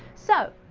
so!